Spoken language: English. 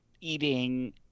eating